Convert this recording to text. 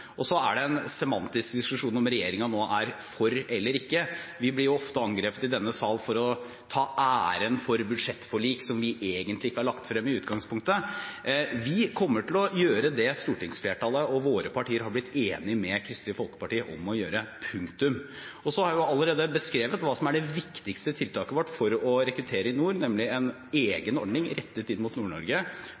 Så er det en semantisk diskusjon om regjeringen nå er for eller ikke. Vi blir ofte angrepet i denne sal for å ta æren for budsjettforlik som vi egentlig ikke har lagt frem i utgangspunktet. Vi kommer til å gjøre det stortingsflertallet og våre partier har blitt enige med Kristelig Folkeparti om å gjøre. Vi har allerede beskrevet hva som er det viktigste tiltaket vårt for å rekruttere i nord, nemlig en egen ordning rettet inn mot